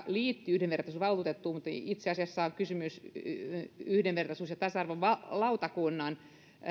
liittyy yhdenvertaisuusvaltuutettuun mutta itse asiassa on kysymys yhdenvertaisuus ja tasa arvolautakunnan